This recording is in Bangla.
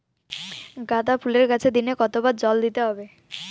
গাদা ফুলের গাছে দিনে কতবার জল দিতে হবে?